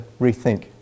rethink